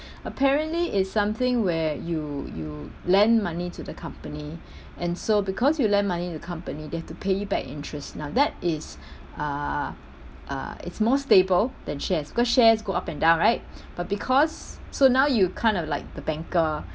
apparently it's something where you you lend money to the company and so because you lend money to the accompany they have to pay you back interest now that is uh uh it's more stable than shares because shares go up and down right but because so now you're kind of like the banker